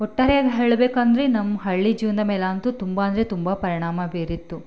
ಒಟ್ಟಾರೆಯಾಗಿ ಹೇಳಬೇಕಂದ್ರೆ ನಮ್ಮ ಹಳ್ಳಿ ಜೀವನದ ಮೇಲೆ ಅಂತೂ ತುಂಬ ಅಂದರೆ ತುಂಬ ಪರಿಣಾಮ ಬೀರಿತ್ತು